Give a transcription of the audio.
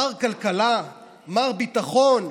מר כלכלה, מר ביטחון,